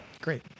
Great